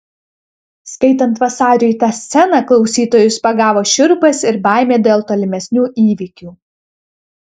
skaitant vasariui tą sceną klausytojus pagavo šiurpas ir baimė dėl tolimesnių įvykių